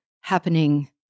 happening